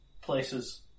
places